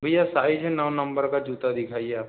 भैया साइज़ है नौ नंबर का जूता दिखाइए आप